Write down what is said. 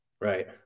Right